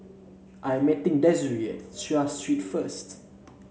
I am meeting Desiree at Seah Street first